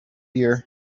year